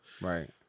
Right